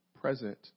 present